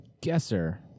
guesser